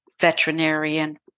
veterinarian